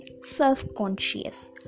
self-conscious